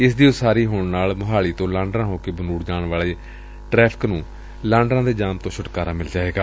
ਇਸ ਦੀ ਉਸਾਰੀ ਹੋਣ ਨਾਲ ਮੋਹਾਲੀ ਤੋਂ ਲਾਂਡਰਾਂ ਹੋ ਕੇ ਬਨੂੰੜ ਵੱਲ ਜਾਣ ਵਾਲੀ ਟ੍ਟੈਫਿਕ ਨੂੰ ਲਾਂਡਰਾਂ ਜਾਮ ਤੋਂ ਛੁਟਕਾਰਾ ਮਿਲੇਗਾ